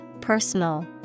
personal